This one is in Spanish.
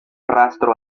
rastro